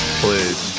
please